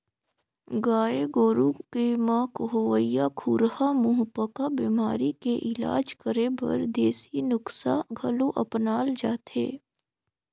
गाय गोरु के म होवइया खुरहा मुहंपका बेमारी के इलाज करे बर देसी नुक्सा घलो अपनाल जाथे